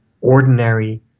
ordinary